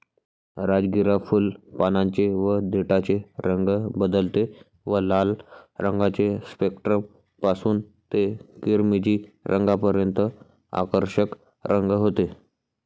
राजगिरा फुल, पानांचे व देठाचे रंग बदलते व लाल रंगाचे स्पेक्ट्रम पासून ते किरमिजी रंगापर्यंत आकर्षक रंग होते